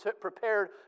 prepared